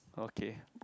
okay